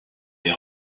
les